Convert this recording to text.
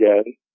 again